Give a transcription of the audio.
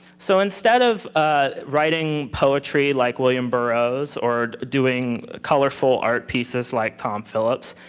so, instead of ah writing poetry like william burroughs, or doing colorful art pieces like tom phillips,